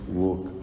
walk